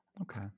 Okay